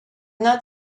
not